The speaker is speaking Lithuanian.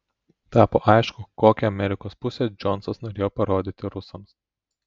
tapo aišku kokią amerikos pusę džonsas norėjo parodyti rusams